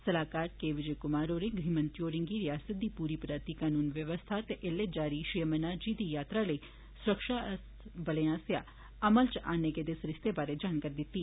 सलाहकार के विजय कुमार होरें गृह मंत्री होरें'गी रिआसता दी पूरी पराती कानून बवस्था ते ऐल्लै जारी श्री अमरनाथजी दी यात्रा लेई सुरक्षाबलें आसेआ अमल च आह्न्ने गेदे सरिस्ते बारै जानकारी दित्ती